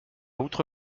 outre